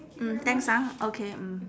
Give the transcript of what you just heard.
mm thanks ah okay mm